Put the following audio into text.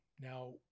Now